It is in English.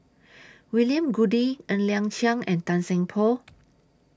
William Goode Ng Liang Chiang and Tan Seng Poh